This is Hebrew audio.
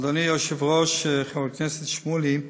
אדוני היושב-ראש, חבר הכנסת שמולי,